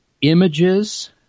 images